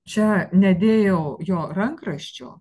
čia nedėjau jo rankraščio